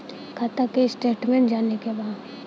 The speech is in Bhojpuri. खाता के स्टेटमेंट जाने के बा?